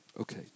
Okay